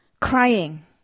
crying